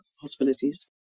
possibilities